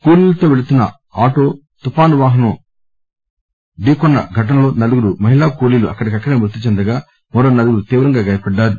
కూలీలతో వెళ్తున్న ఆటో తుఫాను వాహనం ఢీకొన్న ఘటనలో నలుగురు మహిళా కూలీలు అక్కడికక్కడే మృతి చెందగా మరో నలుగురు తీవ్రంగా గాయపడ్డారు